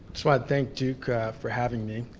just wanna thank duke for having me.